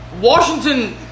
Washington